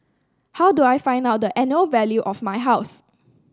how do I find out the annual value of my house